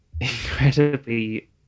incredibly